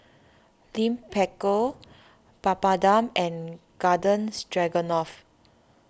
Lime Pickle Papadum and Garden Stroganoff